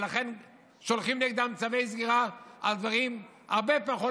ולכן שולחים נגדם צווי סגירה על דברים הרבה פחות